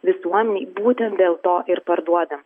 visuomenei būtent dėl to ir parduodam